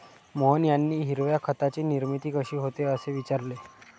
मोहन यांनी हिरव्या खताची निर्मिती कशी होते, असे विचारले